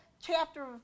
chapter